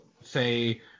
say